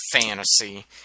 fantasy